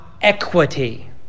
equity